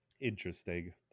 interesting